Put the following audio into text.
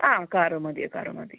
ആ കാർ മതി ആ കാർ മതി